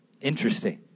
Interesting